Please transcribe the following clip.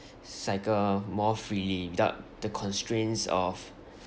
cycle more freely without the constraints of